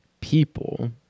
people